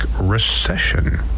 recession